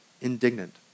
indignant